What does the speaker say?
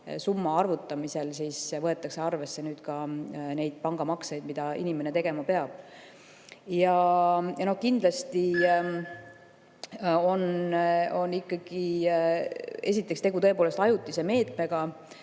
arvutamisel võetakse arvesse ka neid pangamakseid, mida inimene tegema peab. Ja kindlasti on ikkagi tegu tõepoolest ajutise meetmega,